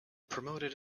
promoted